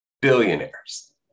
billionaires